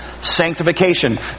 Sanctification